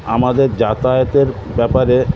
আমাদের যাতায়াতের ব্যাপারে